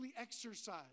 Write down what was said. exercise